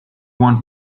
want